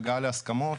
הגעה להסכמות.